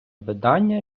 видання